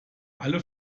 alle